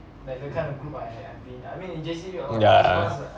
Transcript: ya